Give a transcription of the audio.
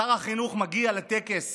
שר החינוך מגיע לטקס